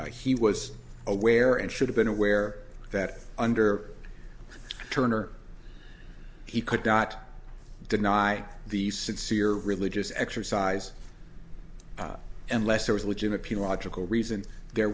g he was aware and should have been aware that under turner he could not deny the sincere religious exercise unless there was a legion appeal logical reason there